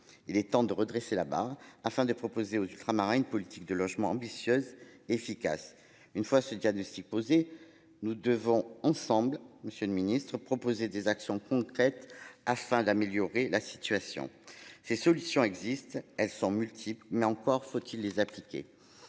Il est temps de redresser la barre, afin de proposer aux ultramarins une politique de logement ambitieuse efficace. Une fois ce diagnostic posé. Nous devons ensemble, Monsieur le Ministre, proposer des actions concrètes afin d'améliorer la situation. Ces solutions existent, elles sont multiples mais encore faut-il les appliquer.